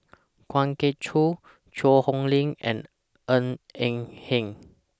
Kwa Geok Choo Cheang Hong Lim and Ng Eng Hen